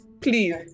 please